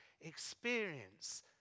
experience